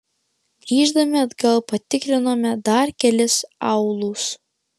grįždami atgal patikrinome dar kelis aūlus